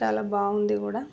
చాలా బాగుంది కూడా